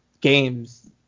games